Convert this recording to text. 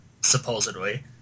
Supposedly